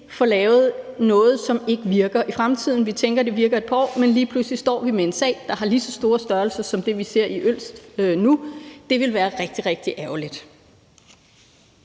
får lavet noget, som ikke virker i fremtiden. Vi tænker, at det virker et par år, men lige pludselig står vi med en sag af lige så stor en størrelse som den, vi nu ser i Ølst, og det ville være rigtig, rigtig ærgerligt.